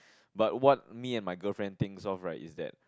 but what me and my girlfriend think of right is that